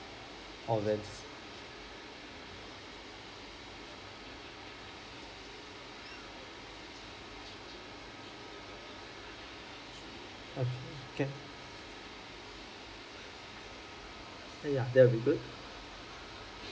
okay can that will be good